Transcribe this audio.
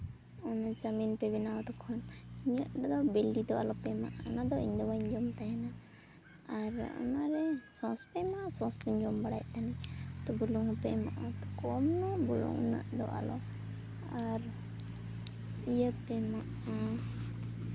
ᱚᱱᱮ ᱪᱟᱣᱢᱤᱱ ᱯᱮ ᱵᱮᱱᱟᱣᱟ ᱛᱚᱠᱷᱚᱱ ᱤᱧᱟᱹᱜ ᱨᱮᱫᱚ ᱵᱤᱞᱤᱫᱚ ᱟᱞᱚ ᱯᱮ ᱮᱢᱟᱜᱼᱟ ᱚᱱᱟ ᱫᱚ ᱤᱧᱫᱚ ᱵᱟᱹᱧ ᱡᱚᱢ ᱛᱟᱦᱮᱱᱟ ᱟᱨ ᱚᱱᱟᱨᱮ ᱥᱚᱥᱯᱮ ᱮᱢᱟᱜᱼᱟ ᱥᱚᱥ ᱜᱮᱧ ᱡᱚᱢ ᱵᱟᱲᱟᱭᱮᱜ ᱛᱟᱦᱮᱱᱟ ᱛᱚ ᱵᱩᱞᱩᱝ ᱯᱮ ᱮᱢᱟᱜᱼᱟ ᱠᱚᱢ ᱧᱚᱜ ᱩᱱᱟᱹᱜ ᱫᱚ ᱟᱞᱚ ᱟᱨ ᱤᱭᱟᱹᱯᱮ ᱮᱢᱟᱜᱼᱟ